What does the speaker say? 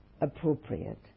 appropriate